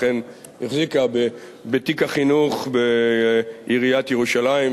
אכן החזיקה בתיק החינוך בעיריית ירושלים.